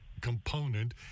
component